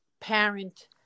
parent